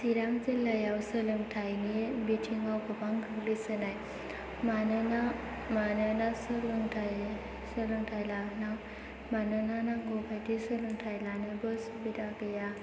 चिरां जिल्लायाव सोलोंथायनि बिथिंआव गोबां गोग्लैसोनाय मानोना नांगौ बायदि सोलोंथाय लानोबो सुबिदा गैया